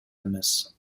эмес